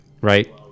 right